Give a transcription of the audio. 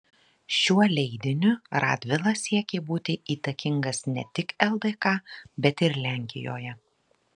šiuo leidiniu radvila siekė būti įtakingas ne tik ldk bet ir lenkijoje